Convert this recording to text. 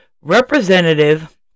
Representative